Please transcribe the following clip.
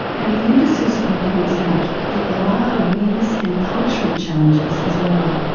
and melinda susapu points out that there are awareness and cultural challenges as well.